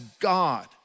God